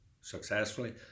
successfully